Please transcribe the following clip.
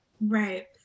Right